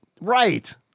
right